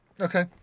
okay